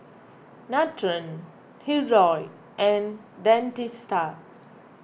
Nutren Hirudoid and Dentiste